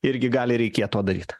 irgi gali reikėt to daryt